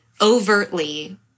overtly